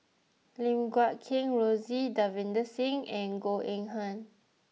Lim Guat Kheng Rosie Davinder Singh and Goh Eng Han